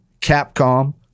Capcom